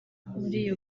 muri